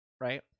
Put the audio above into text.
right